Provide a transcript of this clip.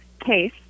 case